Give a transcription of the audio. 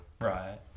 Right